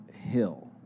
Hill